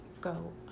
go